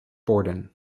borden